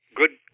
good